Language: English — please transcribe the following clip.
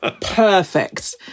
perfect